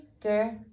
girl